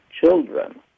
children